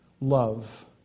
love